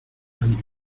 cambio